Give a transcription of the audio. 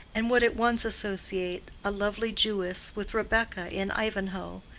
and would at once associate a lovely jewess with rebecca in ivanhoe,